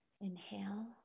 Inhale